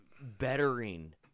bettering